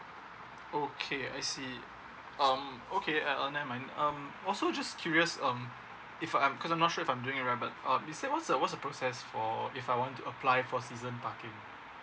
okay I see um okay um never mind um also just curious um if I'm cause I'm not sure if I'm do remembered um is there what's the what's the process for if I want to apply for season parking